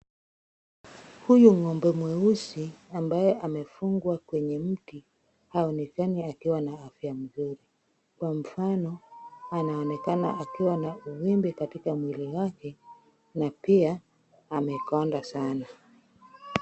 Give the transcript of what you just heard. Huyu ng'ombe mweusi ambaye amefungwa kwenye mti haonekani akiwa na afya nzuri. Kwa mfano anaonekana akiwa na uvimbe katika mwili wake na pia amekonda sana.